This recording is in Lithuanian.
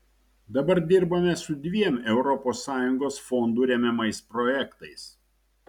dabar dirbame su dviem europos sąjungos fondų remiamais projektais